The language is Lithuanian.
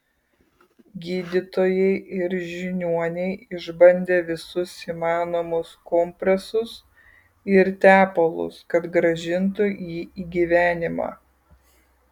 gydytojai ir žiniuoniai išbandė visus įmanomus kompresus ir tepalus kad grąžintų jį į gyvenimą